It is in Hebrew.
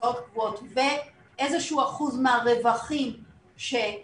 הוצאות קבועות ואיזה שהוא אחוז מהרווחים שיש,